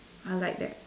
I like that